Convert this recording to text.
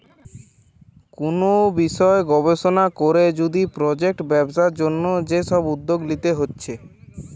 কুনু বিষয় গবেষণা কোরে যদি প্রজেক্ট ব্যবসার জন্যে যে সব উদ্যোগ লিতে হচ্ছে